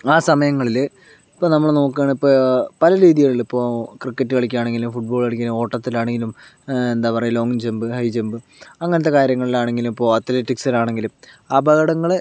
ആ സമയങ്ങളിൽ ഇപ്പോൾ നമ്മൾ നോക്കുകയാണ് ഇപ്ലോൾ പല രീതികളിൽ ഇപ്പോൾ ക്രിക്കറ്റ് കളിക്ക ആണെങ്കിലോ ഫുട്ബോൾ കളിക്ക ഓട്ടത്തിലാണെങ്കിലും എന്താ പറയുക ലോങ്ങ് ജമ്പ് ഹൈ ജമ്പ് അങ്ങനത്തെ കാര്യങ്ങളിലാണെങ്കിലും ഇപ്പോൾ അത്ലെറ്റിക്സിലാണെങ്കിലും അപകടങ്ങൾ